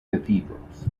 cathedrals